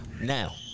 Now